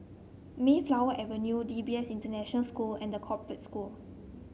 Mayflower Avenue D P S International School and The Corporate School